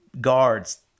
guards